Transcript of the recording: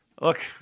look